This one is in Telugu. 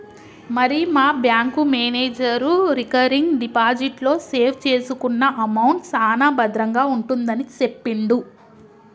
మరి మా బ్యాంకు మేనేజరు రికరింగ్ డిపాజిట్ లో సేవ్ చేసుకున్న అమౌంట్ సాన భద్రంగా ఉంటుందని సెప్పిండు